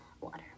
water